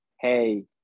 hey